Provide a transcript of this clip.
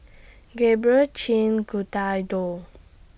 Gabrielle Chin